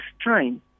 strain